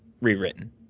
rewritten